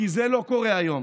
כי זה לא קורה היום.